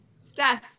Steph